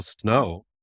snow